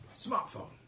Smartphone